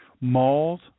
Malls